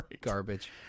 Garbage